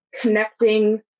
connecting